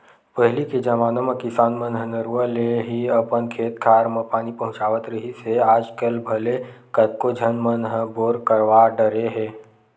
पहिली के जमाना म किसान मन ह नरूवा ले ही अपन खेत खार म पानी पहुँचावत रिहिस हे आजकल भले कतको झन मन ह बोर करवा डरे हे